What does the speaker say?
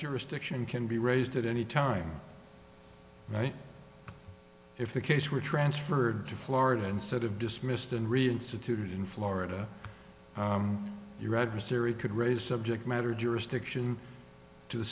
jurisdiction can be raised at any time right if the case were transferred to florida instead of dismissed and reinstituted in florida your adversary could raise subject matter jurisdiction to the